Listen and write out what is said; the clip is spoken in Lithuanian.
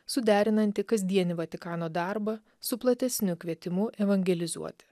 suderinanti kasdienį vatikano darbą su platesniu kvietimu evangelizuoti